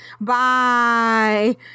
Bye